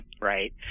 Right